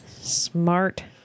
Smart